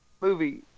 movie